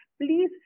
please